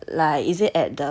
like is it at the Punggol